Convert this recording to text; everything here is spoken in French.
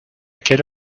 quelle